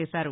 చేశారు